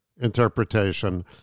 interpretation